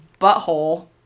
butthole